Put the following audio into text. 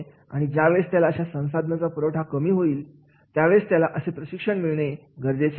आणि ज्या वेळेस त्याला अशा संसाधनांचा पुरवठा कमी होईल त्यावेळेस त्याला असे प्रशिक्षण मिळणे गरजेचे आहे